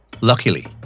Luckily